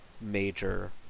major